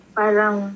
parang